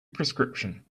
prescription